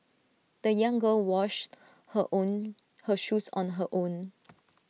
the young girl washed her own her shoes on her own